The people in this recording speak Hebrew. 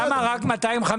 למה רק 250?